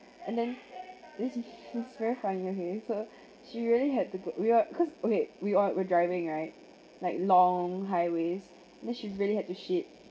and then this it's very funny okay so she really had to go we were cause okay we all we're driving right like long highways then she really had to shit